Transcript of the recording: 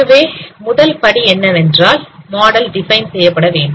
ஆகவே முதல்படி என்னவென்றால் மாடல் டிபைன் செய்யப்பட வேண்டும்